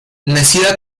nacida